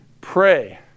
Pray